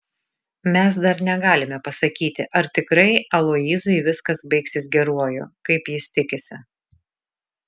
mes dar negalime pasakyti ar tikrai aloyzui viskas baigsis geruoju kaip jis tikisi